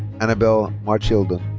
anabel marchildon.